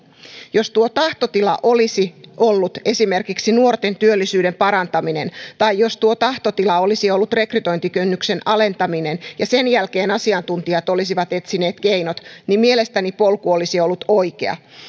jos tuo tahtotila olisi ollut esimerkiksi nuorten työllisyyden parantaminen tai jos tuo tahtotila olisi ollut rekrytointikynnyksen alentaminen ja sen jälkeen asiantuntijat olisivat etsineet keinot niin mielestäni polku olisi ollut oikea